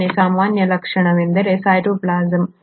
ಎರಡನೆಯ ಸಾಮಾನ್ಯ ಲಕ್ಷಣವೆಂದರೆ ಸೈಟೋಪ್ಲಾಸಂ